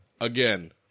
Again